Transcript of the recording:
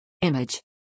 Image